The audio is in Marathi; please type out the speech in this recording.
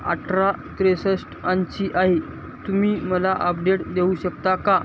अठरा त्रेसष्ट ऐंशी आहे तुम्ही मला आपडेट देऊ शकता का